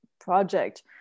project